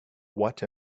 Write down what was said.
what